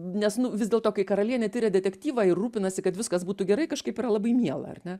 nes nu vis dėlto kai karalienė tiria detektyvą ir rūpinasi kad viskas būtų gerai kažkaip yra labai miela ar ne